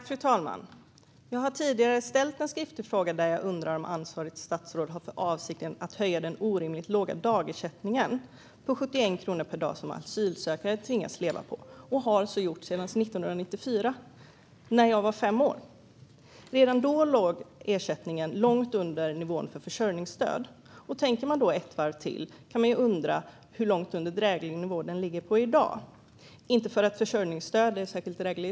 Fru talman! Jag har tidigare lämnat in en skriftlig fråga om huruvida ansvarigt statsråd har för avsikt att höja den orimligt låga dagersättningen på 71 kronor per dag som asylsökande tvingas leva på och har så gjort sedan 1994, när jag var fem år. Redan då låg ersättningen långt under nivån för försörjningsstöd. Tänker man ett varv till kan man undra hur långt under dräglig nivå den ligger i dag - inte för att försörjningsstöd är särskilt drägligt.